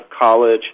college